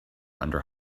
under